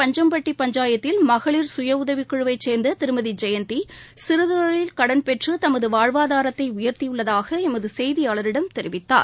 பஞ்சம்பட்டி பஞ்சாயத்தில் மகளிர் சுயஉதவிக்குழுவை சேர்ந்த திருமதி ஜெயந்தி சிறுதொழில் கடன்பெற்று தனது வாழ்வாதாரத்தை உயர்த்தியுள்ளதாக எமது செய்தியாளரிடம் தெரிவித்தார்